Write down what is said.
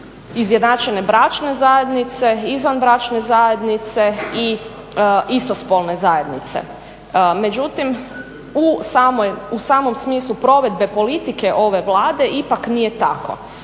izjednačene bračne zajednice, izvanbračne zajednice i istospolne zajednice. Međutim u samom smislu provedbe politike ove Vlade ipak nije tako.